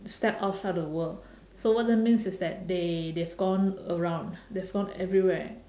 step outside the world so what that means is that they they've gone around they've gone everywhere